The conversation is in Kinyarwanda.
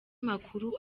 makuru